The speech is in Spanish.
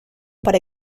para